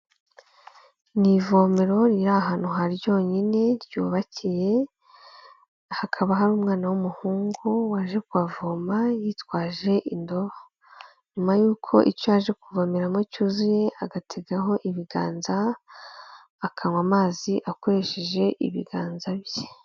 Ni ivomero riri ahantu ha ryonyine ryubakiye hakaba hari umwana w'umuhungu waje kuvoma yitwaje indobo, nyuma yuko icyo aje kuvomeraramo cyuzuye agategaho ibiganza akanywa amazi akoresheje ibiganza bye.